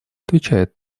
отвечает